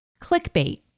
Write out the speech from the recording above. clickbait